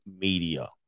media